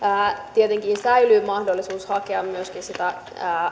tietenkin säilyy mahdollisuus hakea sitä